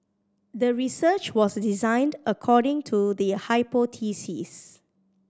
the research was designed according to the hypothesis